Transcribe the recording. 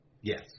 Yes